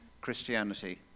Christianity